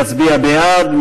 יצביע בעד.